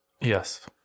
Yes